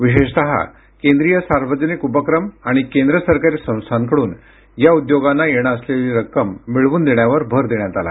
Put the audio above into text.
विशेषतः केंद्रीय सार्वजनिक उपक्रम आणि केंद्र सरकारी संस्थांकडून या उद्योगांना येणं असलेली रक्कम मिळवून देण्यावर भर देण्यात आला